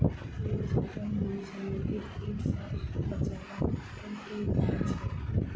तिल फसल म समेकित कीट सँ बचाबै केँ की उपाय हय?